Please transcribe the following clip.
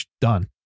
done